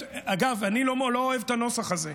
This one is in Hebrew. אגב, אני לא אוהב את הנוסח הזה.